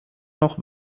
noch